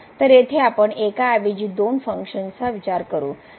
तर येथे आपण एकाऐवजी दोन फंक्शन्सचा विचार करू